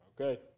Okay